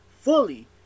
fully